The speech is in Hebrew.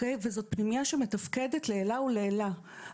וזאת פנימייה שמתפקדת לעילא ולעילא,